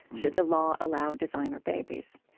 should the law allow designer babies?